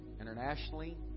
Internationally